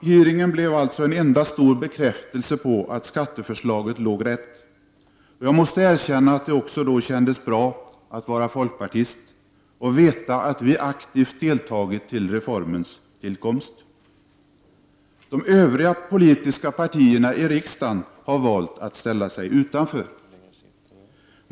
Hearingen var en enda stor bekräftelse på att skatteförslaget så att säga låg rätt. Jag måste erkänna att det kändes bra att vara folkpartist. Det kändes gott att veta att vi i folkpartiet aktivt hade medverkat till reformens tillkomst. Övriga politiska partier i riksdagen har valt att ställa sig utanför.